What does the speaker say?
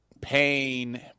Pain